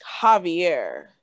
Javier